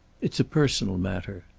it's a personal matter.